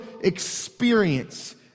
experience